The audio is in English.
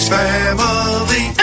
family